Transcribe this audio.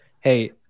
hey